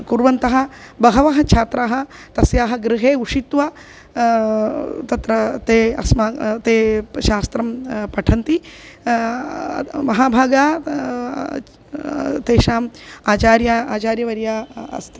कुर्वन्तः बहवः छात्राः तस्याः गृहे उषित्वा तत्र ते अस्मा ते शास्त्रं पठन्ति महाभागा तेषाम् आचार्या आचार्यवर्या अस्ति